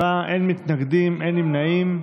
בעד, 27, אין מתנגדים ואין נמנעים.